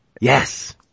Yes